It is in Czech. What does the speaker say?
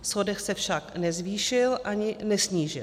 Schodek se však nezvýšil ani nesnížil.